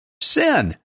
sin